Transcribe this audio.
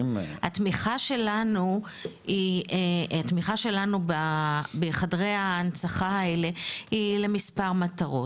התמיכה שלנו היא תמיכה שלנו בחדרי ההנצחה האלה היא למספר מטרות,